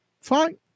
Fine